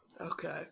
Okay